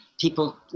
people